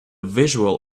visual